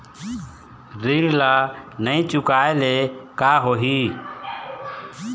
ऋण ला नई चुकाए ले का होही?